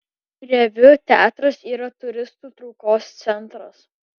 reviu teatras yra turistų traukos centras